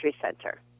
Center